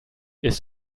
ist